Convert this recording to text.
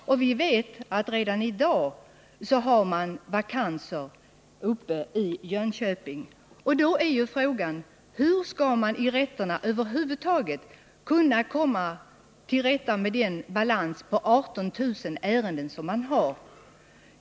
Vi vet att man redan i dag har vakanser i Jönköping. Därför är frågan: Hur skall man i rätterna över huvud taget kunna komma till rätta med den balans på 18 000 ärenden som man har?